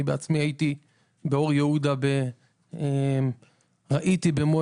אני בעצמי הייתי באור יהודה וראיתי במו